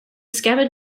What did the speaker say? scabbard